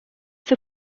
sus